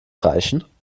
kreischen